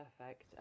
Perfect